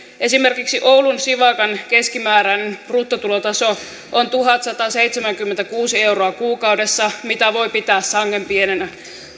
esimerkiksi oulun sivakan keskimääräinen bruttotulotaso on tuhatsataseitsemänkymmentäkuusi euroa kuukaudessa mitä voi pitää sangen pienenä